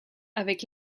avec